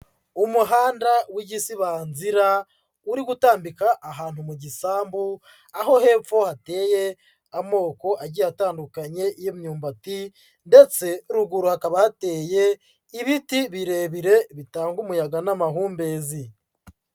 Umuhanda w'igisibanzira uri gutambika ahantu mu gisambu, aho hepfo hateye amoko agiye atandukanye y'imyumbati ndetse ruguru hakaba hateye ibiti birebire bitanga umuyaga n'amahumbezi.